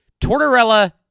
Tortorella